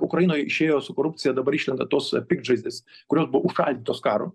ukrainoj išėjo su korupcija dabar išlenda tos piktžaizdės kurios buvo užšaldytos karo